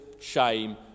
shame